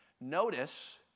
Notice